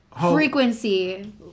frequency